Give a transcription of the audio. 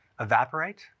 evaporate